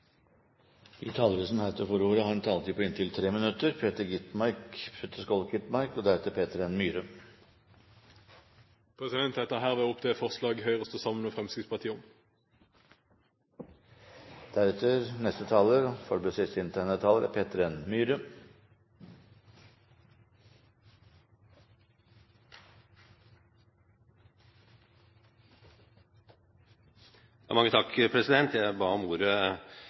De talere som heretter får ordet, har en taletid på inntil 3 minutter. Jeg tar herved opp det forslaget som Høyre står sammen med Fremskrittspartiet om. Representanten Peter Skovholt Gitmark har tatt opp det forslaget han refererte til. Jeg ba om ordet